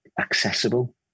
accessible